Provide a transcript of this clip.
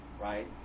right